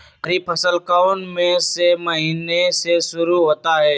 खरीफ फसल कौन में से महीने से शुरू होता है?